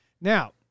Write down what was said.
Now